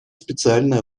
специально